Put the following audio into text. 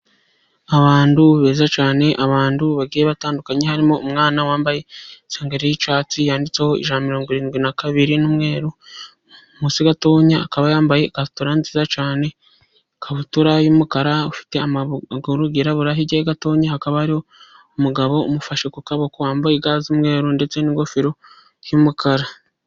Abantu beza cyane, abantu bagiye batandukanye, harimo umwana wambaye isengeri y’icyatsi yanditseho "ijana na mirongo irindwi na kabiri" n’umweru munsi gatoya, akaba yambaye ikabutura nziza cyane, ikabutura y’umukara, afite amaguru yirabura. Hirya ye gato, hakaba hari umugabo umufashe ku kaboko, wambaye ga z’umweru ndetse n’ingofero y’umukara.